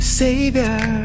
savior